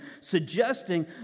suggesting